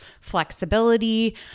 flexibility